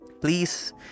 please